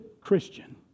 Christian